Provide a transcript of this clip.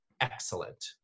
excellent